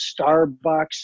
Starbucks